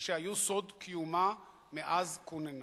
ושהיו סוד קיומה מאז כוננה.